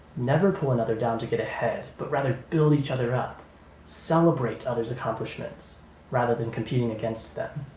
never pull another down to get ahead but rather build each other up celebrate other's accomplishments rather than competing against them.